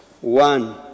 one